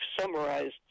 summarized